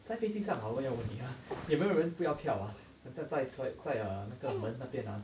在飞机上 ah 我要问你 ah 有没有人不要跳 ah 很象在 err 在那个门那边啊